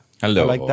Hello